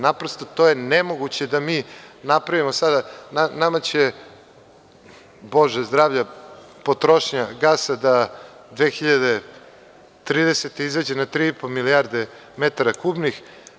Naprosto to je nemoguće da mi napravimo sada, nama će, Bože zdravlja, potrošnja gasa da 2030. godine izađe na tri i po milijarde metara kubnih.